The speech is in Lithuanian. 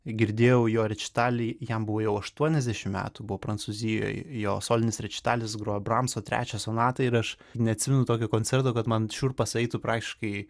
girdėjau jo rečitalį jam buvo jau aštuoniasdešim metų buvo prancūzijoj jo solinis rečitalis grojo bramso trečią sonatą ir aš neatsimenu tokio koncerto kad man šiurpas eitų praktiškai